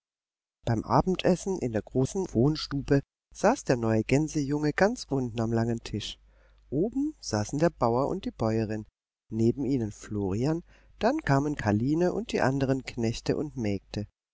beim abendessen in der großen wohnstube saß der neue gänsejunge ganz unten am langen tisch oben saßen der bauer und die bäuerin neben ihnen florian dann kamen karline und die andern knechte und mägde